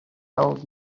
old